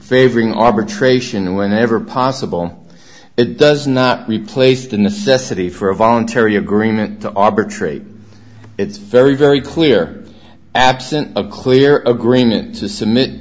favoring arbitration whenever possible it does not replace the necessity for a voluntary agreement to arbitrate it's very very clear absent a clear agreement to submit